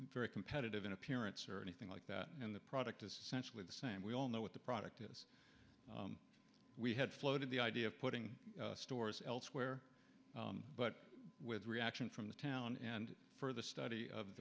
very competitive in appearance or anything like that and the product is essentially the same we all know what the product is we had floated the idea of putting stores elsewhere but with reaction from the town and for the study of